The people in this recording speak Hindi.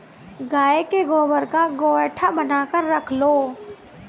गाय के गोबर का गोएठा बनाकर रख लो